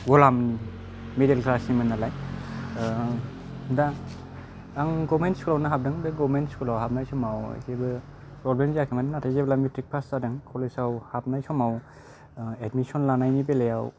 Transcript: गलाम middle class निमोन नालाय दा आं गभर्नमेन्ट स्कुल आवनो हाबदों बे गभर्नमेन्ट स्कुल आव हाबनाय समाव जेबो प्रब्लेम जायाखैमोन नाथाय जेब्ला मेट्रिक पास जादों कलेज आव हाबनाय समाव एडमिशन लानायनि बेलायाव